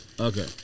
Okay